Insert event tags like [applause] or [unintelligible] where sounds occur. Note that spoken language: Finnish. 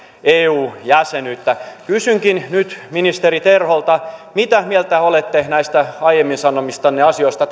eu jäsenyyttä kysynkin nyt ministeri terholta mitä mieltä olette näistä aiemmin sanomistanne asioista [unintelligible]